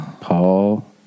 Paul